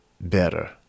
better